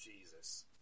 jesus